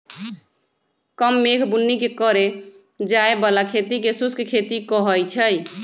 कम मेघ बुन्नी के करे जाय बला खेती के शुष्क खेती कहइ छइ